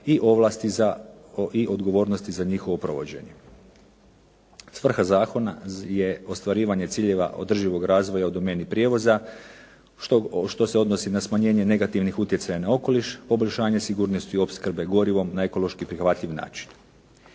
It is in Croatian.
i odgovornosti za njihovo provođenje. Svrha zakona je ostvarivanje ciljeva održivog razvoja o domeni prijevoza što se odnosi na smanjenje negativnih utjecaja na okoliš, poboljšanje sigurnosti opskrbe gorivom na ekološki prihvatljiv način.